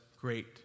great